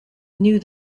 knew